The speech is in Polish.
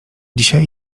dzisiaj